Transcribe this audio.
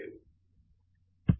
professor Arun K